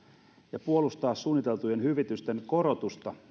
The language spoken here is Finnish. ja puolustaa suunniteltujen hyvitysten korotusta